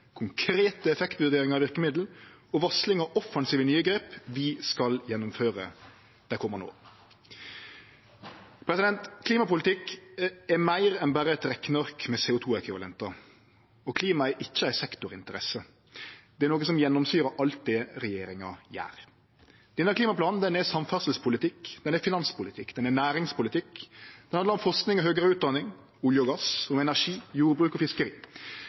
konkrete effektvurderingar av verkemiddel og varsling av offensive nye grep vi skal gjennomføre dei komande åra. Klimapolitikk er meir enn berre eit rekneark med CO 2 -ekvivalentar, og klimaet er ikkje ei sektorinteresse. Det er noko som gjennomsyrer alt det regjeringa gjer. Denne klimaplanen er samferdselspolitikk, finanspolitikk, næringspolitikk, det handlar om forsking og høgare utdanning, olje og gass, om energi, jordbruk og fiskeri.